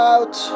Out